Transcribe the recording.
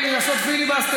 חברת הכנסת עיסאווי,